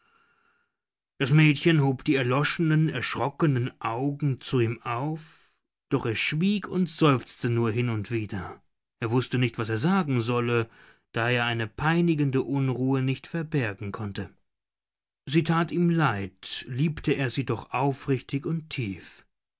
das mädchen hob die erloschenen erschrockenen augen zu ihm auf doch es schwieg und seufzte nur hin und wieder er wußte nicht was er sagen solle da er eine peinigende unruhe nicht verbergen konnte sie tat ihm leid liebte er sie doch aufrichtig und tief